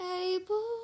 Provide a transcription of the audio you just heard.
able